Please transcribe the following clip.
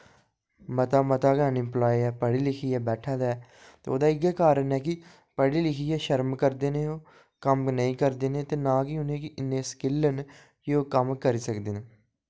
मता मता गै अनएम्पलॉय ऐ पढ़ी लिखियै बैठे दा ऐ ते ओह्दा इ'यै कारण ऐ कि पढ़ी लिखियै शर्म करदे न ओह् कम्म नेईं करदे ते ना गै उ'नेंगी इन्ने स्किल न कि ओह् कम्म करी सकदे न